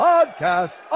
podcast